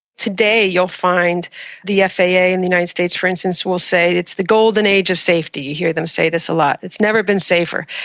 today you'll find the yeah faa in and the united states for instance will say it's the golden age of safety. you hear them say this a lot it's never been safer.